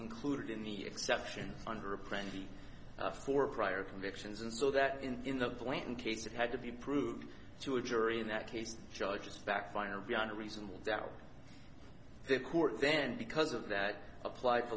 included in the exception under a plan b for prior convictions and so that in in the point in case it had to be proved to a jury in that case charges backfired beyond a reasonable doubt the court then because of that applied